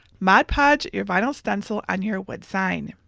mod podge your vinyl stencil on your wood sign.